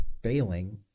failing